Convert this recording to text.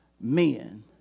men